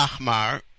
Ahmar